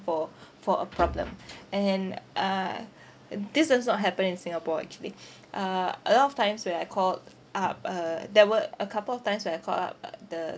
for for a problem and then uh this does not happen in singapore actually uh a lot of times when I called up uh there were a couple of times when I call up uh the